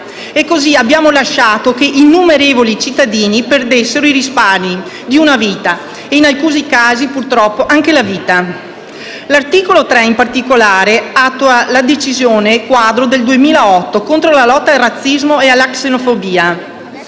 (e così abbiamo lasciato che innumerevoli cittadini perdessero i risparmi di una vita e in alcuni casi, purtroppo, la vista stessa). L'articolo 5, in particolare, attua la decisione quadro del 2008 contro la lotta al razzismo e alla xenofobia.